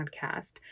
podcast